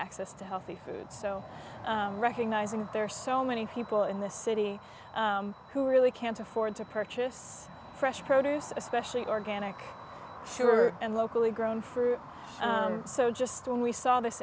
access to healthy food so recognizing there are so many people in this city who really can't afford to purchase fresh produce especially organic sure and locally grown fruit so just when we saw this